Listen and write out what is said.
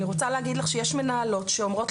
אני רוצה להגיד לך שיש מנהלות שאומרות